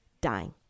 dying